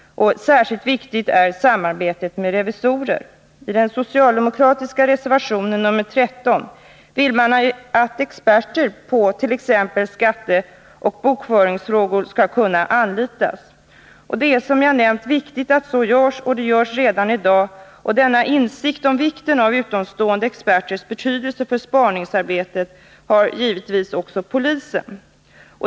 Särskilt viktigt är samarbete med revisorer. I den socialdemokratiska reservationen nr 13 vill man att experter på t.ex. skatteoch bokföringsfrågor skall kunna anlitas. Det är, som jag nämnt, viktigt att så sker, och det görs redan i dag. Denna insikt om vikten av utomstående experters betydelse för spaningsarbetet har givetvis också polisen.